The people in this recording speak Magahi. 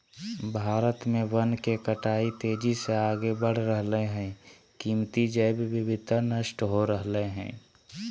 भारत में वन के कटाई तेजी से आगे बढ़ रहल हई, कीमती जैव विविधता नष्ट हो रहल हई